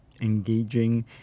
engaging